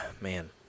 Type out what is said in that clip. man